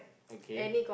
okay